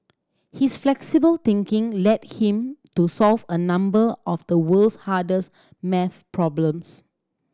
his flexible thinking led him to solve a number of the world's hardest maths problems